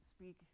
speak